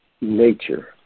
nature